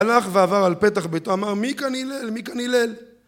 הלך ועבר על פתח ביתו, אמר, מי כאן הלל? מי כאן הלל?